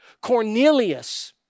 Cornelius